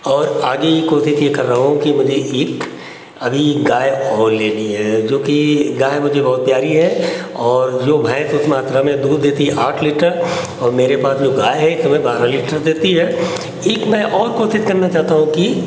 और आगे ये कोशिश ये कर रहा हूँ कि मुझे एक अभी गाय और लेनी है जो कि गाय मुझे बहुत प्यारी है और जो भैंस उस मात्रा में दूध देती है आठ लीटर और मेरे पास जो गाय है इस समय बारह लीटर देती है एक मैं और कोशिश करना चाहता हूँ कि